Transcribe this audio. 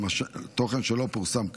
תוכן שלא פורסם כלל,